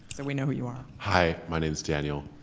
and we know who you are. hi, my name is daniel.